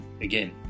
again